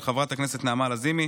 של חברת הכנסת נעמה לזימי,